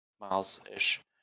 miles-ish